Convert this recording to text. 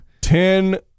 Ten